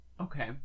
Okay